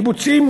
קיבוצים,